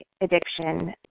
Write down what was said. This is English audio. addiction